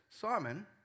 Simon